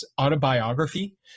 autobiography